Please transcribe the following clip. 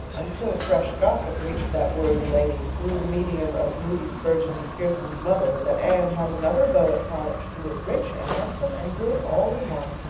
until fresh gossip reached that worthy lady, through the medium of moody spurgeon macpherson's mother, that anne had another beau at college, who was rich and handsome and good all in one.